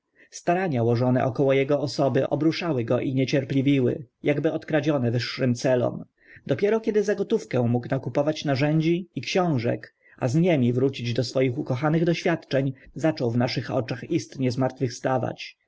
starania łożone około ego osoby obruszały go i niecierpliwiły akby odkradzione wyższym celom dopiero kiedy za gotówkę mógł naskupować narzędzi i książek a z nimi wrócić do swoich kochanych doświadczeń zaczął w naszych oczach istnie zmartwychwstawać